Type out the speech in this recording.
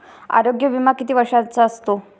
आरोग्य विमा किती वर्षांचा असतो?